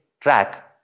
track